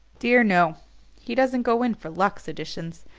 dear, no he doesn't go in for luxe editions.